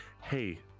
hey